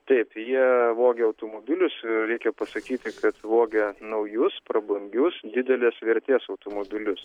taip jie vogė automobilius reikia pasakyti kad vogė naujus prabangius didelės vertės automobilius